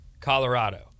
Colorado